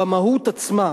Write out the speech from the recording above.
במהות עצמה,